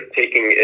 taking